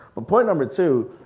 but point number two,